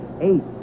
eight